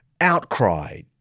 outcry